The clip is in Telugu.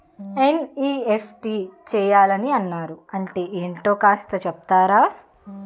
ఎన్.ఈ.ఎఫ్.టి చేయాలని అన్నారు అంటే ఏంటో కాస్త చెపుతారా?